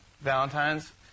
Valentine's